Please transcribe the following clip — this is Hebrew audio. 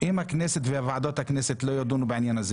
אם הכנסת וועדות הכנסת לא ידונו בעניין הזה,